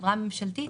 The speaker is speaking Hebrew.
החברה הממשלתית,